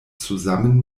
zusammen